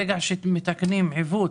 ברגע שמתקנים עיוות